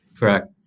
Correct